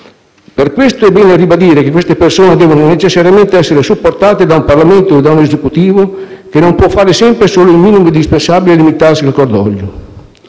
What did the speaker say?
per questo è bene ribadire che queste persone devono necessariamente essere supportate da un Parlamento e da un Esecutivo che non possono fare sempre e solo il minimo indispensabile e limitarsi al cordoglio.